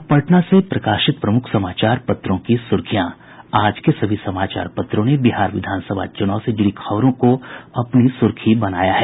अब पटना से प्रकाशित प्रमुख समाचार पत्रों की सुर्खियां आज के सभी समाचार पत्रों ने बिहार विधानसभा चुनाव से जुड़ी खबरों को अपनी सुर्खी बनाया है